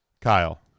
Kyle